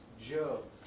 Job